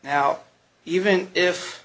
now even if